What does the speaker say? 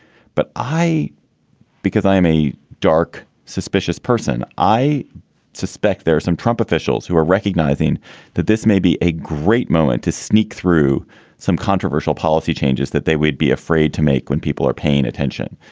but i because i am a dark, suspicious person, i suspect there's some trump officials who are recognizing that this may be a great moment to sneak through some controversial policy changes that they would be afraid to make when people are paying attention.